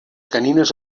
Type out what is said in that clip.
canines